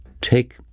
take